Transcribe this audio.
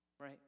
right